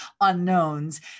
unknowns